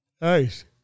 Nice